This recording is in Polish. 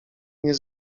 nie